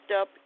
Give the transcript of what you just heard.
up